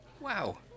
wow